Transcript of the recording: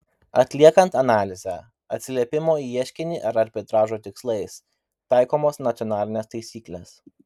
atliekant analizę atsiliepimo į ieškinį ar arbitražo tikslais taikomos nacionalinės taisyklės